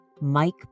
Mike